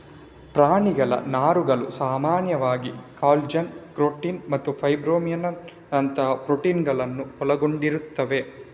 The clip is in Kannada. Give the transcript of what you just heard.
ಪ್ರಾಣಿಗಳ ನಾರುಗಳು ಸಾಮಾನ್ಯವಾಗಿ ಕಾಲಜನ್, ಕೆರಾಟಿನ್ ಮತ್ತು ಫೈಬ್ರೋಯಿನ್ ನಂತಹ ಪ್ರೋಟೀನುಗಳನ್ನ ಒಳಗೊಂಡಿರ್ತವೆ